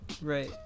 Right